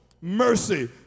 mercy